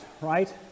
right